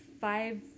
five